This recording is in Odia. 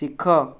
ଶିଖ